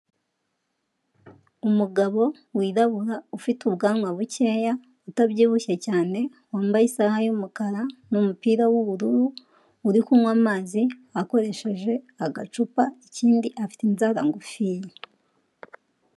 Umugabo wirabura ufite ubwanwa bukeya, utabyibushye cyane, wambaye isaha y'umukara n'umupira w'ubururu, uri kunywa amazi akoresheje agacupa, ikindi afite inzara ngufi.